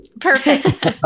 Perfect